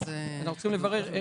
אנחנו צריכים לברר.